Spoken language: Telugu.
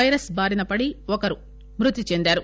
వైరస్ బారిన పడి ఒకరు మ్పతి చెందారు